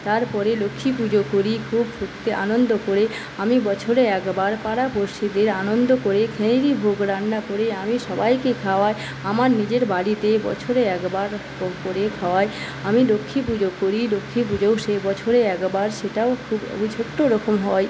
তারপরে লক্ষ্মী পুজো করি খুব আনন্দ করে আমি বছরে একবার পাড়া পড়শিদের আনন্দ করে ভোগ রান্না করে আমি সবাইকে খাওয়াই আমার নিজের বাড়িতে বছরে একবার ভোগ করে খাওয়াই আমি লক্ষ্মী পুজো করি লক্ষ্মী পুজোও সে বছরে একবার সেটাও খুব ছোট্ট রকম হয়